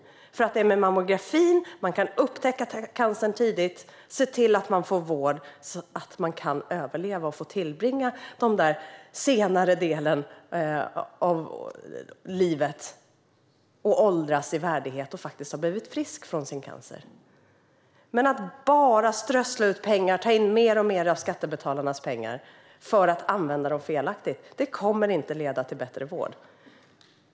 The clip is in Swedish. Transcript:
För det är med mammografi som man kan upptäcka cancern tidigt och se till att man får vård och kan överleva och få tillbringa den senare delen av livet - ålderdomen - i värdighet, frisk från sin cancer. Att bara strössla ut pengar och ta in mer och mer pengar av skattebetalarna och att använda dessa pengar felaktigt kommer inte att leda till bättre vård.